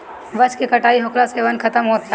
वृक्ष के कटाई होखला से वन खतम होत जाता